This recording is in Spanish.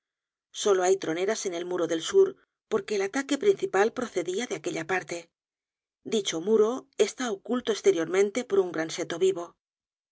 solo hay troneras en el muro del sur porque el ataque principal procedia de aquella parte dicho muro está oculto esteriormente por un gran seto vivo